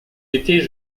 étaient